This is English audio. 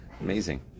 Amazing